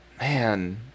man